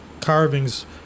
carvings